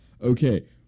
Okay